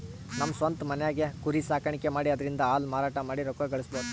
ನಮ್ ಸ್ವಂತ್ ಮನ್ಯಾಗೆ ಕುರಿ ಸಾಕಾಣಿಕೆ ಮಾಡಿ ಅದ್ರಿಂದಾ ಹಾಲ್ ಮಾರಾಟ ಮಾಡಿ ರೊಕ್ಕ ಗಳಸಬಹುದ್